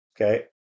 okay